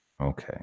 Okay